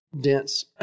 Dense